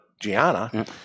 Gianna